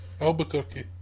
Albuquerque